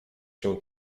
się